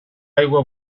aigua